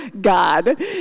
God